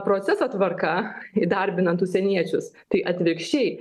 proceso tvarka įdarbinant užsieniečius tai atvirkščiai